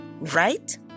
right